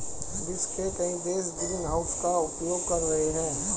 विश्व के कई देश ग्रीनहाउस का उपयोग कर रहे हैं